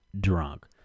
drunk